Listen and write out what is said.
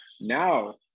Now